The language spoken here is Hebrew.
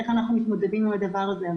איך אנחנו מתמודדים עם הדבר הזה.